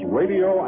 radio